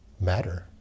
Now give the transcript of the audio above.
Matter